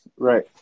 Right